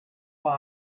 why